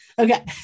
Okay